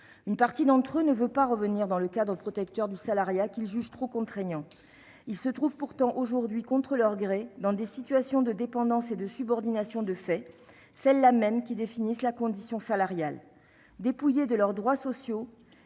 Une partie d'entre eux ne veut pas revenir dans le cadre protecteur du salariat, jugé trop contraignant. Ces travailleurs se trouvent pourtant aujourd'hui, contre leur gré, dans une situation de dépendance et de subordination de fait, situation qui, justement, définit la condition salariale. Dépouillés de leurs droits sociaux,